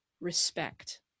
respect